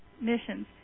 missions